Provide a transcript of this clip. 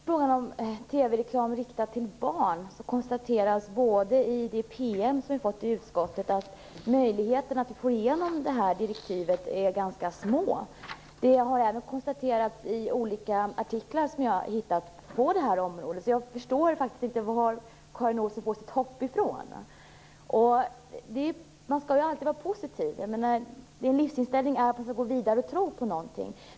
Herr talman! När det gäller TV-reklam riktad till barn konstateras i det pm som vi fått i utskottet att möjligheterna att få igenom direktivet är ganska små. Det har även konstaterats i olika artiklar som jag har hittat på detta område. Jag förstår faktiskt inte var Karin Olsson får sitt hopp ifrån. Man skall ju alltid vara positiv. Min livsinställning är att man skall gå vidare och tro på någonting.